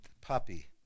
puppy